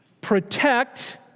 protect